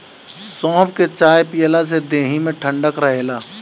सौंफ के चाय पियला से देहि में ठंडक रहेला